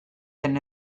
den